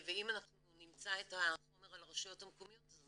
אם נמצא את החומר על הרשויות המקומיות אנחנו